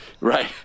right